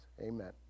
Amen